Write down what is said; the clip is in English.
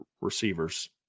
receivers